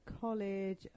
college